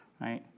right